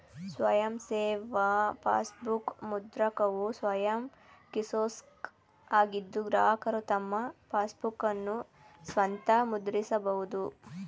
ಸ್ವಯಂ ಸೇವಾ ಪಾಸ್ಬುಕ್ ಮುದ್ರಕವು ಸ್ವಯಂ ಕಿಯೋಸ್ಕ್ ಆಗಿದ್ದು ಗ್ರಾಹಕರು ತಮ್ಮ ಪಾಸ್ಬುಕ್ಅನ್ನ ಸ್ವಂತ ಮುದ್ರಿಸಬಹುದು